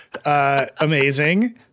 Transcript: Amazing